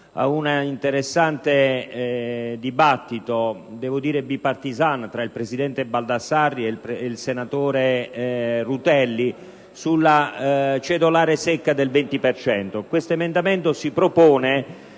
ad un interessante dibattito - devo dire *bipartisan* - tra il presidente Baldassarri ed il senatore Rutelli sulla cedolare secca del 20 per cento. Questo emendamento si propone